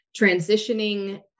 transitioning